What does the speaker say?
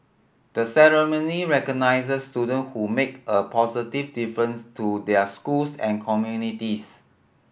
the ceremony recognises student who make a positive difference to their schools and communities